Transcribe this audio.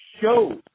shows